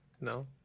No